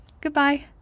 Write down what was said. goodbye